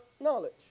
knowledge